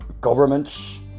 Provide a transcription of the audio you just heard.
governments